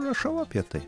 rašau apie tai